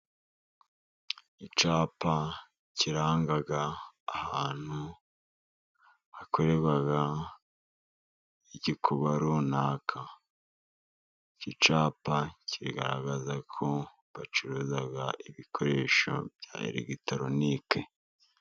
Icyapa kiranga ahantu hakorerwa igikuba runaka, iki cyapa kigaragaza ko bacuruza ibikoresho bya elegitoronike.